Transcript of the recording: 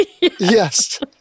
Yes